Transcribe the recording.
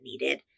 needed